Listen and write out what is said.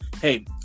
hey